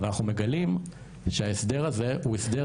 אבל אנחנו מגלים שההסדר הזה הוא הסדר